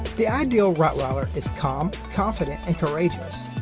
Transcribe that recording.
the ideal rottweiler is calm, confident, and courageous.